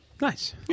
Nice